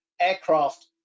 Aircraft